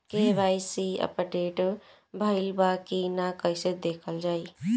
KYC update भइल बा कि ना कइसे देखल जाइ?